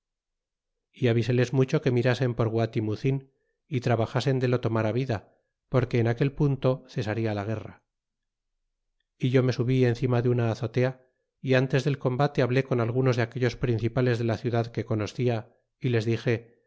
y aviseles mucho que mirasen por gua timucin y trabajasen de lo tomar sida porque en aquel pun to cesaria la guerra e yo me subí encima de una azotea y antes del combate hablé con algunos de aquellos principales de la ciudad que conoscia y les dixe